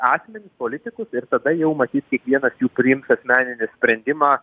akmenis politikus ir tada jau matyt kiekvienas jų priims asmeninį sprendimą